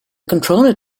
controller